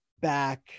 back